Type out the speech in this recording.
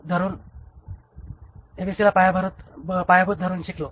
ABC ला पायाभूत धरून शिकलो